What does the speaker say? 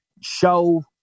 show